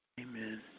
Amen